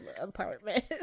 apartment